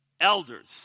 elders